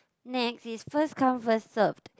next is first come first served